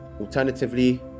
alternatively